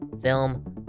film